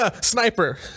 sniper